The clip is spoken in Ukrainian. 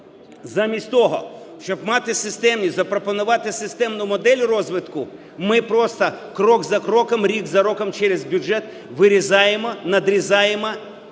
Замість того, щоб мати системні… запропонувати системну модель розвитку, ми просто крок за кроком, рік за роком через бюджет вирізаємо, надрізаємо